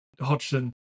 Hodgson